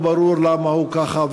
לא ברור למה הוא כזה,